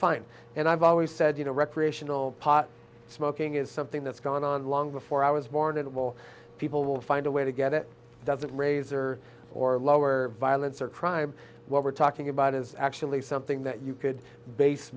fine and i've always said you know recreational pot smoking is something that's gone on long before i was born and it will people will find a way to get it doesn't raise or or lower violence or crime what we're talking about is actually something that you could base